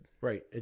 right